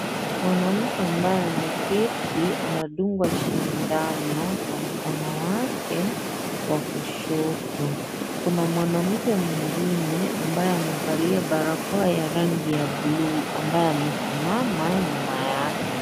Mwanamke ambaye ameketi anadungwa shindano kwa mkono wake wa kushoto. Kuna mwanamke mwingine ambaye amevalia barakoa ya rangi ya buluu ambaye amesimama nyuma yake.